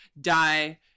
die